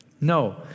No